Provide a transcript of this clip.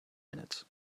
minutes